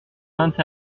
hent